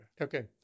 Okay